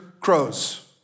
crows